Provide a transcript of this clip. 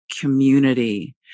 community